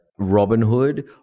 Robinhood